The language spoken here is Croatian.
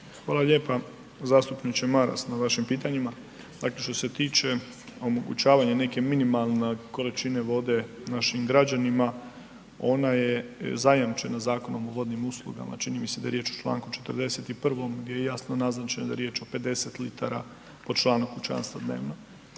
Hvala lijepa zastupniče Maras na vašim pitanjima. Dakle, što se tiče omogućavanja neke minimalne količine vode našim građanima, ona je zajamčena Zakonom o vodnim uslugama, čini mi se da je riječ o čl. 41. gdje je jasno naznačena riječ o 50 litara po članu kućanstva dnevno.